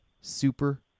Super